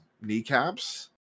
kneecaps